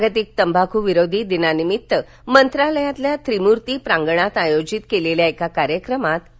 जागतिक तंबाखू विरोधी दिनानिमित्त मंत्रालयातील त्रिमूर्ती प्रांगणात आयोजित केलेल्या कार्यक्रमात ते बोलत होते